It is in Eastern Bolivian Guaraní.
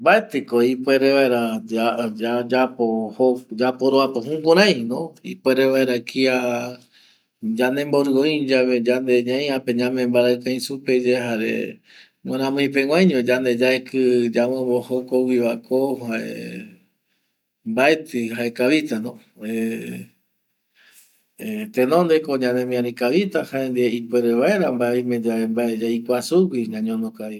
Mbeti ko ipuere vaera yaporoapo jukurei, ipuere vaera kia yandembori oï yave yande ñaiape ñame mbaraiki ñai supe yae guramui pegüai ño yande yaiki ñamombo jokua güi va ko mbaeti ikavita ˂Hesitation˃ tenonde yandemiariti jaendie ipuere vaera vae oime yave vae yaikua sugüiva ñañono kavi vaera.